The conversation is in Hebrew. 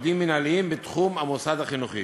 עובדים מינהליים בתחום המוסד החינוכי.